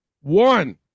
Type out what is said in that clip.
one